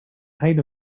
height